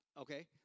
okay